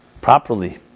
properly